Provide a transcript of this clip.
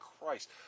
Christ